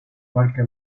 qualche